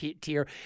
tier